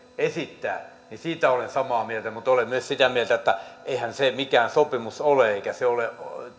esittää niin siitä olen samaa mieltä mutta olen myös sitä mieltä että eihän se mikään sopimus ole eikä se ole